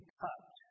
cut